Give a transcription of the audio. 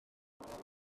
bydd